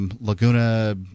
Laguna